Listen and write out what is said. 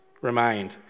remained